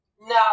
No